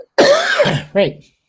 Right